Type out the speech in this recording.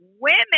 Women